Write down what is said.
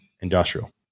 industrial